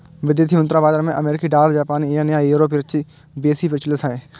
विदेशी मुद्रा बाजार मे अमेरिकी डॉलर, जापानी येन आ यूरो बेसी प्रचलित छै